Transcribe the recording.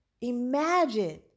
imagine